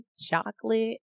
chocolate